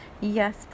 yes